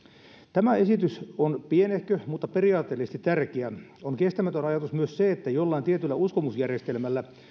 tämä esitys on pienehkö mutta periaatteellisesti tärkeä on kestämätön ajatus myös se että jollain tietyllä uskomusjärjestelmällä